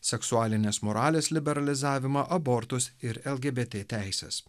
seksualinės moralės liberalizavimą abortus ir lgbt teises